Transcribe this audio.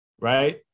Right